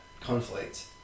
conflict